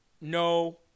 no